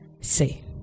say